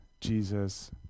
Jesus